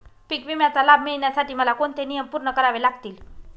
पीक विम्याचा लाभ मिळण्यासाठी मला कोणते नियम पूर्ण करावे लागतील?